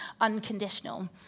unconditional